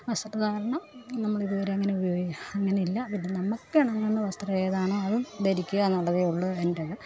വസ്ത്രധാരണം നമ്മളിതുവരെ അങ്ങനെ ഉപയോഗം അങ്ങനെയില്ല അതിൽ നമുക്കിണങ്ങുന്ന വസ്ത്രം ഏതാണോ അത് ധരിക്കുകയെന്നുള്ളതേ ഉളളൂ എന്റേത്